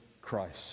Christ